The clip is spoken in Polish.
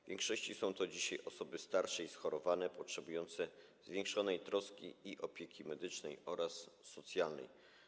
W większości są to dzisiaj osoby starsze i schorowane, potrzebujące większej troski i opieki medycznej oraz socjalnej.